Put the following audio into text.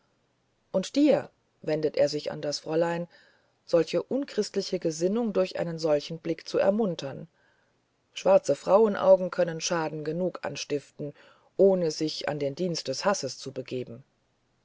und dir wendet er sich an das fräulein solche unchristliche gesinnung durch einen solchen blick zu ermuntern schwarze frauenaugen können schaden genug anstiften ohne sich in den dienst des hasses zu begeben